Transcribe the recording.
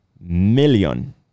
million